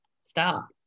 stop